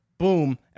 Boom